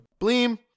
Bleem